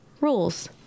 rules